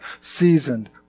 seasoned